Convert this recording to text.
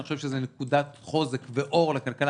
אני חושב שזאת נקודת חוזק ואור לכלכלה